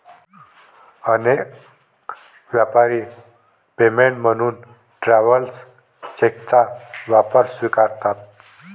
अनेक व्यापारी पेमेंट म्हणून ट्रॅव्हलर्स चेकचा वापर स्वीकारतात